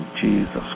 Jesus